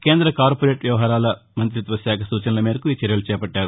కేంద కార్పొరేట్ వ్యవహారాల మంతిత్వ శాఖ సూచనల మేరకు ఈ చర్యలు చేపట్టింది